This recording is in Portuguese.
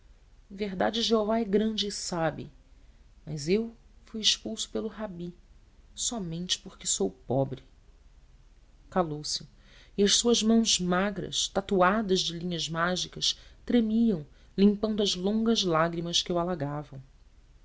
verdade jeová é grande e sabe mas eu fui expulso pelo rabi somente porque sou pobre calou-se e as suas mãos magras tatuadas de linhas mágicas tremiam limpando as longas lágrimas que o alagavam